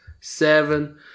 Seven